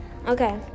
Okay